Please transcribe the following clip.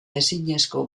ezinezko